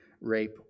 rape